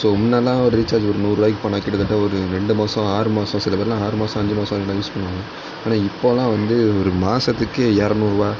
so முன்னெல்லாம் ஒரு recharge ஒரு நூறுரூபாய்க்கு பண்ணிணா கிட்டத்தட்ட ஒரு ரெண்டு மாதம் ஆறு மாதம் சில பேரெலாம் ஆறு மாதம் அஞ்சு மாதம் வரைக்குலாம் யூஸ் பண்ணுவாங்க ஆனால் இப்பெலாம் வந்து ஒரு மாதத்துக்கே இருநூறுவா